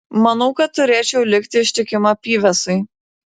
manau kad turėčiau likti ištikima pyvesai